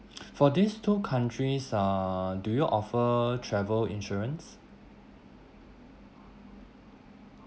for these two countries uh do you offer travel insurance